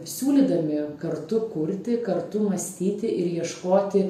siūlydami kartu kurti kartu mąstyti ir ieškoti